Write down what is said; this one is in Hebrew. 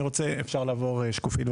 אני מבקש להציג שקופיות.